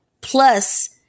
plus